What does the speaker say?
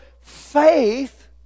faith